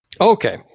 Okay